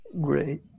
great